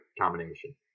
combination